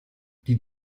die